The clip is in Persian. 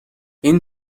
این